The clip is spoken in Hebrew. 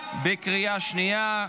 בקריאה השנייה.